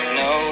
no